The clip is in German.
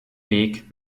weg